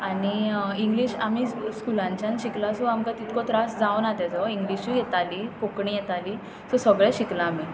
आनी इंग्लीश आमी स्कुलांच्यान शिकल्या सो आमकां तितको त्रास जावंक ना ताजो इंग्लीशूय येताली कोंकणी येताली सो सगळें शिकला आमी